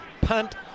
punt